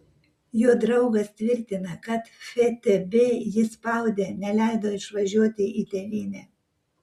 jo draugas tvirtina kad ftb jį spaudė neleido išvažiuoti į tėvynę